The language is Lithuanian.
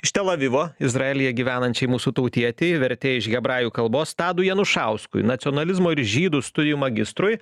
iš tel avivo izraelyje gyvenančiai mūsų tautietei vertėjai iš hebrajų kalbos tadui janušauskui nacionalizmo ir žydų studijų magistrui